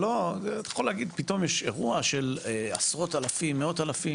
אפשר להגיד שפתאום אם זה אירוע קליטה של עשרות אלפים או מאות אלפים,